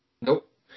Nope